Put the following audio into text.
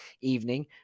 evening